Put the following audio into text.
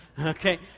Okay